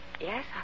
Yes